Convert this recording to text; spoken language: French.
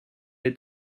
est